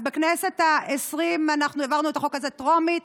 אז בכנסת העשרים העברנו את החוק הזה בטרומית.